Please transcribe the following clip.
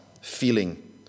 feeling